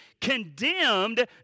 condemned